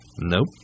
Nope